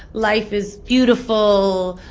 life is beautiful,